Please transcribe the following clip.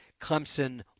Clemson